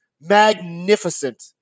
magnificent